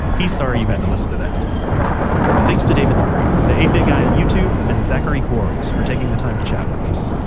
he's sorry you had to listen to that thanks to david murray, the eight bit guy on youtube and zachary quarles for taking the time to chat with us